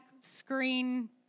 screen